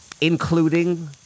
Including